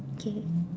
okay